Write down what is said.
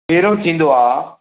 पहिरों थींदो आहे